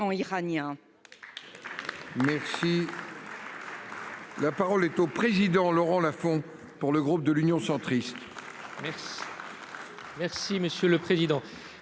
Merci. La parole est au président Laurent Lafon pour le groupe de l'Union centriste.